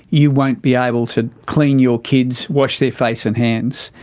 you won't be able to clean your kids, wash their face and hands.